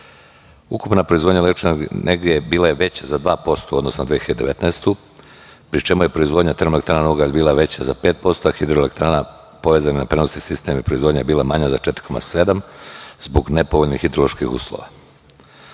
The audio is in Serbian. proizvodnja električne energije je bila veća za 2% u odnosu na 2019. godinu, pri čemu je proizvodnja termoelektrana na ugalj bila veća za 5%, a hidroelektrana povezane na prenosni sistem proizvodnja je bila manja za 4,7%, zbog nepovoljnih hidroloških uslova.